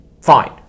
fine